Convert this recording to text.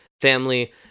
family